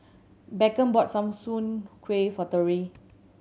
Beckham bought soon kway for Tory